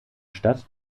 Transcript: stadt